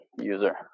user